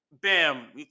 bam